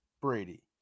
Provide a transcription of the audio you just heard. Brady